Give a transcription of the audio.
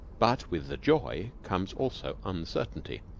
but with the joy comes also uncertainty.